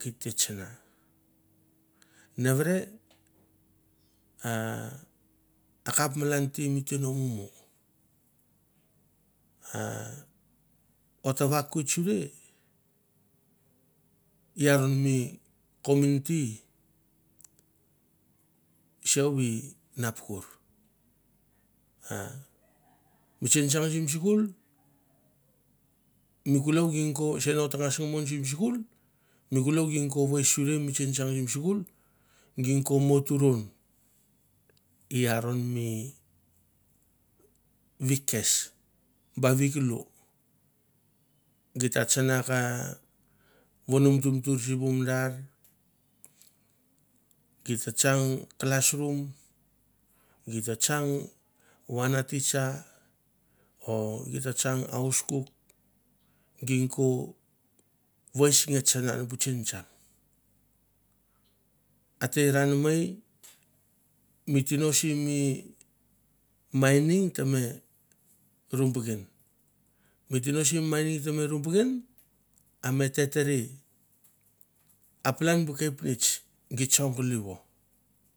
git te tsana navere a akap malan timi timi ngengo a otowa kwistsure iron mi community saubi nappukur a bu tsingtsang sim sikul mi kulou gingkou sero tangas te mon sim skul mi kulou gingkou wais sure mi tsingtsang sim skul gingkou mo turon iron mi kes ba vik lu gita tsana ka vonotumtur si womdar gita tsang classroom gita tsang wana teacher e gita tsang hauskuk gingkou wais nge tsanga bu tsingtsang a te ran namaei mi tino simi mining te me rumpaken mi tino mi tino sim mining teme rumpaken a metere a palan bu kepnits gitsokulivo